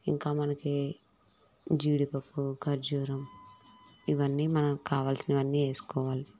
ఇంకా మనకి జీడిపప్పు ఖర్జూరం ఇవన్నీ మనకి కావాల్సినవన్నీ వేసుకోవాలి